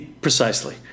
precisely